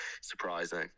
surprising